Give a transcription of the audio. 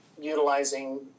utilizing